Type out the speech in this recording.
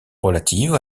relatives